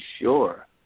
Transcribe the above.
sure